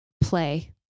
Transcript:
play